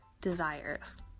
desires